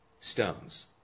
stones